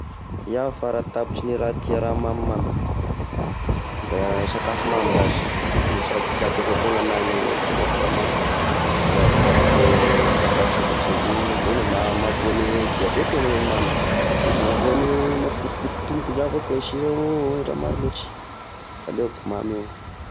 Iaho faratapitry ny raha tia raha mamimamy, da sakafo mamy zashy, no tiako avao ko ny nahy ny fiaignako raha mamy, za sy hitiavako sakafo zay-zaitra io, eny eh ma-mahavoa ny diabeta a moa i mamy, izy mahavoa ny mampitovonto tomboky za avao ko sira io raha maro loatry, aleko mamy io.